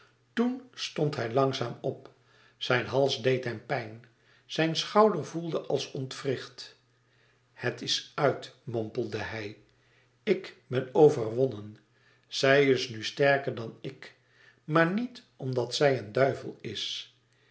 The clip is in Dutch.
toen stond hij langzaam op zijn hals deed hem pijn zijn schouder voelde als ontwricht het is uit mompelde hij ik ben overwonnen zij is nu sterker dan ik maar niet omdat zij een duivel is